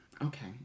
Okay